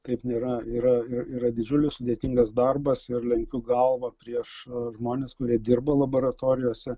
taip nėra yra ir yra didžiulis sudėtingas darbas ir lenkiu galvą prieš žmones kurie dirba laboratorijose